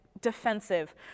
defensive